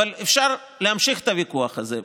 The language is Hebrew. אפשר להמשיך את הוויכוח הזה,